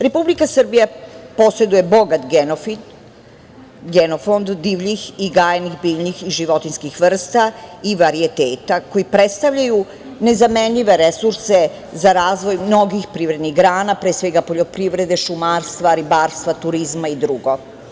Republika Srbija poseduje bogat genofit, genofond divljih i gajenih biljnih i životinjskih vrsta i varijeteta koji predstavljaju nezamenljive resurse za razvoj mnogih privrednih grana, pre svega poljoprivrede, šumarstva, ribarstva, turzima i drugo.